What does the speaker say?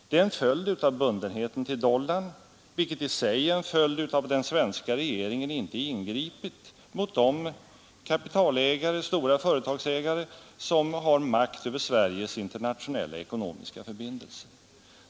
Det är en följd av bundenheten till dollarn, något som i sig är en följd av att den svenska regeringen inte ingripit mot de kapitalägare och stora företagsägare som har makt över Sveriges internationella ekonomiska förbindelser.